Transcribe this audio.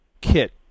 kit